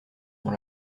dans